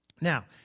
Now